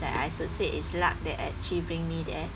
like I should said it's luck that actually bring me there